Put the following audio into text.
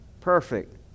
perfect